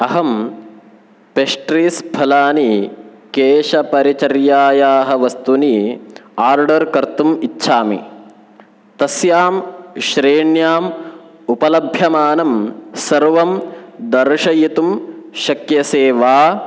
अहं पेस्ट्रीस् फलानि केशपरिचर्यायाः वस्तूनि आर्डर् कर्तुम् इच्छामि तस्यां श्रेण्याम् उपलभ्यमानं सर्वं दर्शयितुं शक्यसे वा